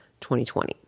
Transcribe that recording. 2020